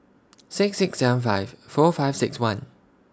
six six seven five four five six one